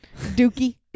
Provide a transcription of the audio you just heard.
Dookie